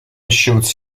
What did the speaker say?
shoots